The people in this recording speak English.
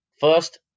First